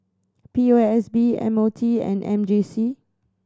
P O S B M O T and M J C